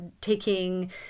taking